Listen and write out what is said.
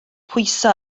pwyso